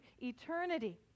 eternity